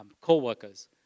co-workers